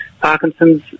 Parkinson's